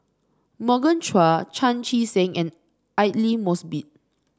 Morgan Chua Chan Chee Seng and Aidli Mosbit